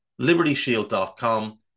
libertyshield.com